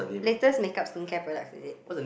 latest makeup skincare products is it